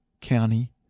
County